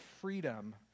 freedom